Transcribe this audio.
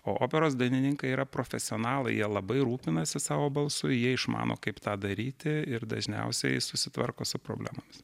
o operos dainininkai yra profesionalai jie labai rūpinasi savo balsu jie išmano kaip tą daryti ir dažniausiai susitvarko su problemomis